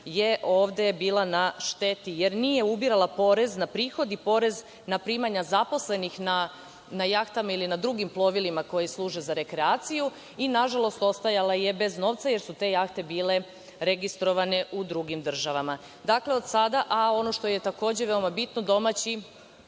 je ovde bila na šteti, jer nije ubirala porez na prihod i porez na primanja zaposlenih na jahtama ili na drugim plovilima koji služe za rekreaciju i, nažalost, ostajala je bez novca jer su te jahte bile registrovane u drugim državama. Ono što je takođe veoma bitno, domaći